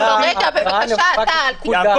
ולהגיד לו: בבקשה, אל תגנוב.